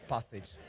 passage